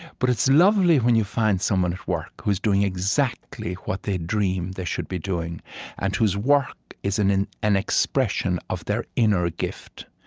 but it's lovely when you find someone at work who's doing exactly what they dreamed they should be doing and whose work is an an expression of their inner gift.